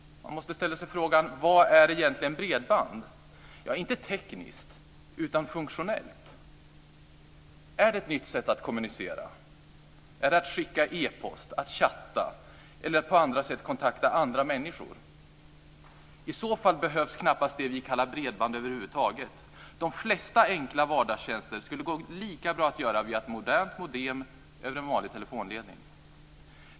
Man måste ställa sig frågan: Vad är egentligen bredband, inte tekniskt utan funktionellt? Är det ett nytt sätt att kommunicera, att skicka e-post, chatta eller på andra sätt kontakta andra människor? I så fall behövs knappast det vi kallar bredband över huvud taget. De flesta enkla vardagstjänster skulle det gå lika bra att göra via ett modernt modem över en vanlig telefonledning.